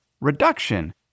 reduction